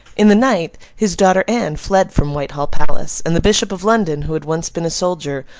in the night, his daughter anne fled from whitehall palace and the bishop of london, who had once been a soldier,